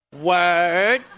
Word